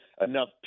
enough